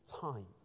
time